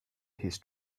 his